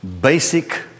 basic